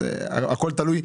הכול תלוי,